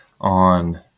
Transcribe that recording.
on